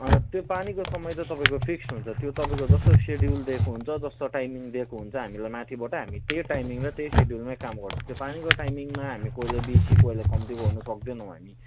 अन्त त्यो पानीको समय त तपाईँको फिक्स हुन्छ त्यो तपाईँको जस्तो सेड्युल दिएको हुन्छ जस्तो टाइमिङ दिएको हुन्छ हामीलाई माथिबाट हामी त्यही टाइमिङ र त्यही सेड्युलमै काम गर्छौँ त्यो पानीको टाइमिङमा हामी कोहीलाई बेसी कोहीलाई कम्ती गर्नु सक्दैनौँ हामी